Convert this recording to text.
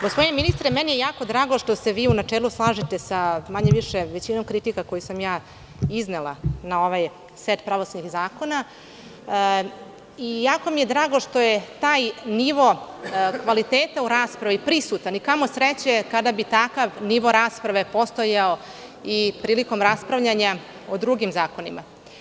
Gospodine ministre, meni je jako drago što se vi u načelu slažete sa manje više većinom kritika koje sam iznela na ovaj set pravosudnih zakona i jako mi je drago što je taj nivo kvaliteta u raspravi prisutan i kamo sreće kada bi takav nivo rasprave postojao i prilikom raspravljanja o drugim zakonima.